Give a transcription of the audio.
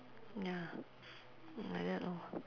ya like that lor